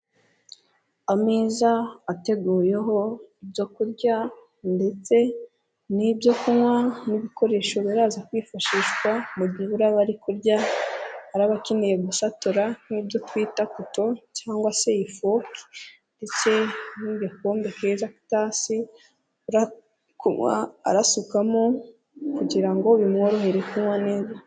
Ameza ateguyeho ibyo kurya ndetse n'ibyo kunywa n'ibikoresho biraza kwifashishwa mu gihe baraba bari kurya arabakeneye gusatura nk'ibyo twita kuto cyangwa se ifoke ndetse n'igikombe kiza k'itasi kunywa arasukamo, kugira ngo bimworohere kunywa neza.